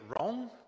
wrong